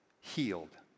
healed